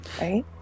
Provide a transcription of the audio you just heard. right